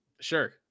sure